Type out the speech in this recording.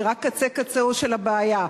היא רק קצה קצהָ של הבעיה.